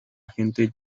agente